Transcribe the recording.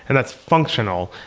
and that's functional.